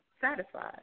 satisfied